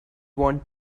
want